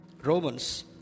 Romans